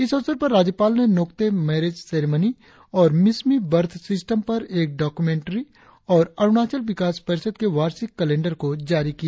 इस अवसर पर राज्यपाल ने नोकटे मैरेज सेरिमनी और मिसमी बर्थ सिस्टम विषय पर एक डॉक्यूमेंट्री और अरुणाचल विकास परिषद के वार्षिक कैलेंडर को जारी किया